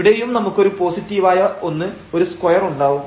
ഇവിടെയും നമുക്ക് ഒരു പോസിറ്റീവായ ഒന്ന് ഒരു സ്ക്വയർ ഉണ്ടാവും